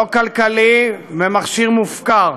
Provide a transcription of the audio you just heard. לא כלכלי, מכשיר מופקר.